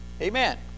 Amen